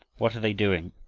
what are they doing?